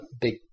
big